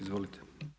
Izvolite.